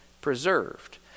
preserved